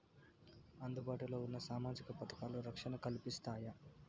అందుబాటు లో ఉన్న సామాజిక పథకాలు, రక్షణ కల్పిస్తాయా?